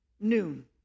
noon